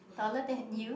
taller than you